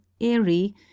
Airy